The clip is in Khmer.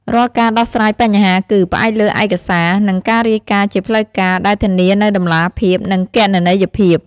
រាល់ការដោះស្រាយបញ្ហាគឺ ផ្អែកលើឯកសារ និងការរាយការណ៍ជាផ្លូវការ ដែលធានានូវតម្លាភាព និងគណនេយ្យភាព។